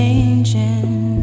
Changing